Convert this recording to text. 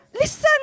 Listen